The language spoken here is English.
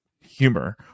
humor